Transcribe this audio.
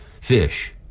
fish